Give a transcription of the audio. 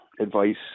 advice